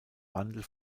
wandel